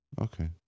Okay